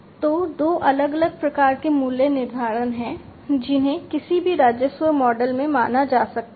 तो दो अलग अलग प्रकार के मूल्य निर्धारण हैं जिन्हें किसी भी राजस्व मॉडल में माना जा सकता है